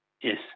Yes